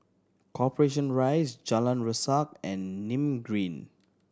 Corporation Rise Jalan Resak and Nim Green